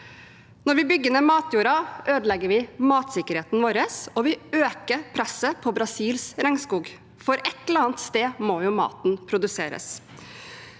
Når vi bygger ned matjorda, ødelegger vi matsikkerheten vår, og vi øker presset på Brasils regnskog, for et eller annet sted må jo maten produseres.